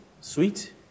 sweet